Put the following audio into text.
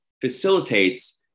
facilitates